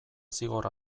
zigor